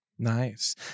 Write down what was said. Nice